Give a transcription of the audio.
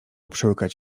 przełykać